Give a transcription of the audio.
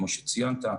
כמו שציינת.